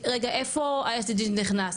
רגע איפה ה-SDG נכנס?